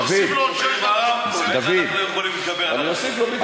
אתה, דוד, כבוד היו"ר, תוסיף לו עוד שש דקות.